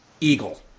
eagle